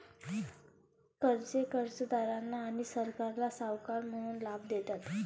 कर्जे कर्जदारांना आणि सरकारला सावकार म्हणून लाभ देतात